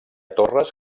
torres